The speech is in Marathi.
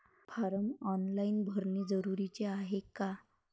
फारम ऑनलाईन भरने जरुरीचे हाय का?